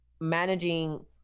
managing